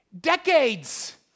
Decades